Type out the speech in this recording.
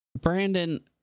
Brandon